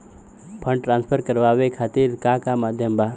Fund transfer करवाये खातीर का का माध्यम बा?